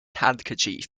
handkerchief